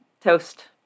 toast